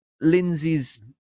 Lindsay's